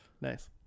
Nice